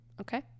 Okay